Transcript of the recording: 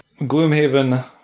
Gloomhaven